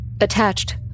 Attached